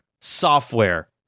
software